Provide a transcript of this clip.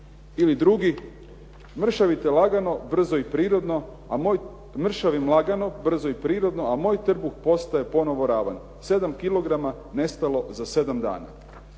Ili drugi "mršavim lagano, brzo i prirodno, a moj trbuh postaj ponovo ravan, 7 kilograma nestalo za 7 dana."